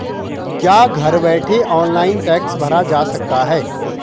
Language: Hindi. क्या घर बैठे ऑनलाइन टैक्स भरा जा सकता है?